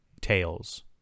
tails